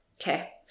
Okay